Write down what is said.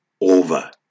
over